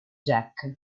jack